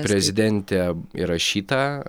prezidentė įrašyta